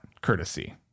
courtesy